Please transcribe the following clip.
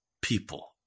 people